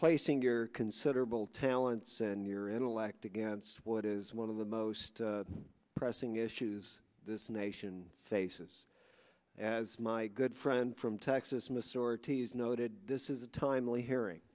placing your considerable talents and your intellect against what is one of the most pressing issues this nation faces as my good friend from texas miss ortiz noted this is a timely hearing